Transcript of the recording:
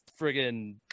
friggin